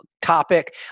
topic